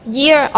year